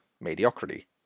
mediocrity